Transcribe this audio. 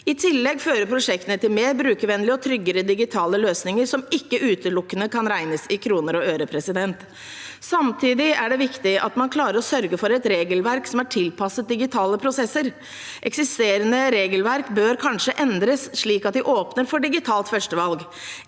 I tillegg fører prosjektene til mer brukervennlige og tryggere digitale løsninger, som ikke utelukkende kan regnes i kroner og øre. Samtidig er det viktig at man klarer å sørge for et regelverk som er tilpasset digitale prosesser. Eksisterende regelverk bør kanskje endres slik at de åpner for digitalt førstevalg.